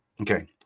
Okay